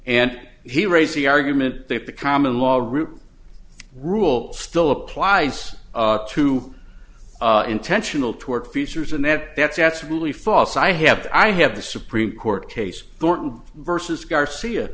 and he raised the argument that the common law group rule still applies to intentional tort features and that that's absolutely false i have i have the supreme court case versus garcia